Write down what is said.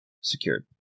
secured